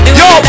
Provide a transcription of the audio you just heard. yo